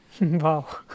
Wow